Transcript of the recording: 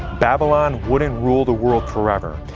babylon wouldn't rule the world forever.